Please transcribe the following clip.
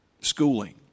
schooling